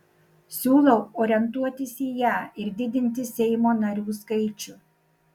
siūlau orientuotis į ją ir didinti seimo narių skaičių